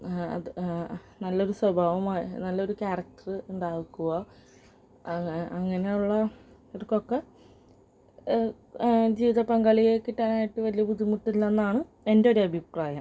അത് നല്ല ഒരു സ്വഭാവമായി നല്ല ഒരു ക്യാരക്റ്റർ ഉണ്ടാക്കുക അങ്ങനെ ഉള്ളവർക്കൊക്കെ ജീവിത പങ്കാളിയെ കിട്ടാനായിട്ട് വലിയ ബുദ്ധിമുട്ടില്ല എന്നാണ് എൻ്റെ ഒരു അഭിപ്രായം